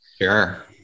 Sure